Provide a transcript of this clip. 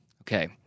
Okay